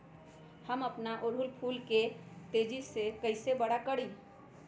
हम अपना ओरहूल फूल के तेजी से कई से बड़ा करी?